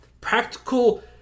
practical